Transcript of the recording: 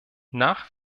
nach